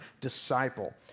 disciple